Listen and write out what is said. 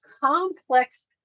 complex